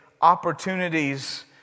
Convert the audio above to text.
opportunities